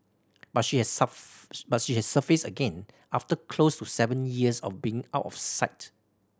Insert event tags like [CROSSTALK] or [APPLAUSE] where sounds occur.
but she has [UNINTELLIGIBLE] but she has surfaced again after close to seven years of being out of sight